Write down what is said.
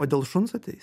o dėl šuns ateis